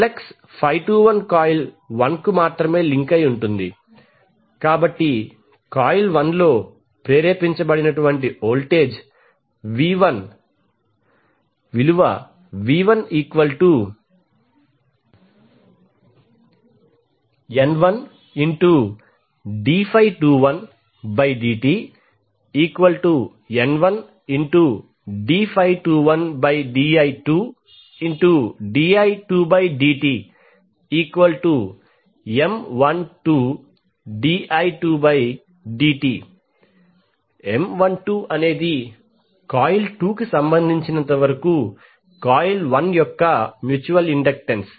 flux 21 coil 1 కు మాత్రమే link అయి ఉంటుంది కాబట్టి కాయిల్ 1 లో ప్రేరేపించబడిన వోల్టేజ్ v1N1d21dtN1d21di2di2dtM12di2dt M12 అనేది కాయిల్ 2 కు సంబంధించినంత వరకు కాయిల్ 1 యొక్క మ్యూచువల్ ఇండక్టెన్స్